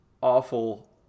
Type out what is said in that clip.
awful